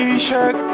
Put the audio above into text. T-shirt